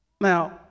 Now